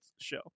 show